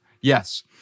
Yes